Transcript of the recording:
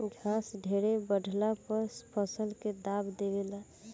घास ढेरे बढ़ला पर फसल के दाब देवे ला